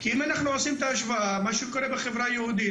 כי אם אנחנו עושים את ההשוואה מה שקורה בחברה היהודית,